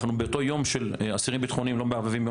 ביום של אסירים ביטחוניים לא מערבבים עם